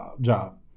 job